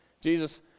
Jesus